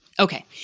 Okay